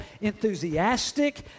enthusiastic